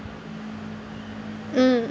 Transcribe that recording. mm